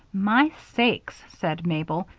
my sakes! said mabel.